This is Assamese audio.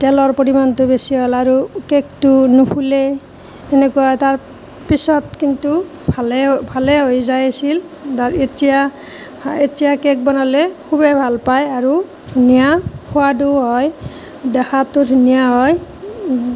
তেলৰ পৰিমাণটো বেছি হ'ল আৰু কেকটো নুফুলে সেনেকুৱা তাৰপিছত কিন্তু ভালে ভালে হৈ যাই আছিল বা এতিয়া এতিয়া কেক বনালে খুবেই ভাল পায় আৰু ধুনীয়া সোৱাদো হয় দেখাতো ধুনীয়া হয়